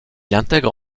intègre